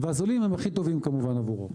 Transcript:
והזולים הם הכי טובים כמובן עבורו.